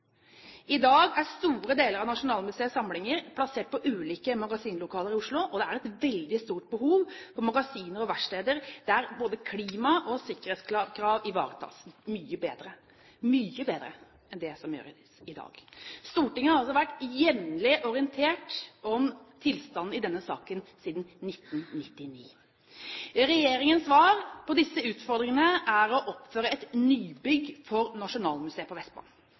I dag er store deler av Nasjonalmuseets samlinger plassert i ulike magasinlokaler i Oslo, og det er et veldig stort behov for magasiner og verksteder der både klima- og sikkerhetskrav ivaretas mye bedre – mye bedre enn det som gjøres i dag. Stortinget har vært jevnlig orientert om tilstanden i denne saken siden 1999. Regjeringens svar på disse utfordringene er å oppføre et nybygg for Nasjonalmuseet på Vestbanen.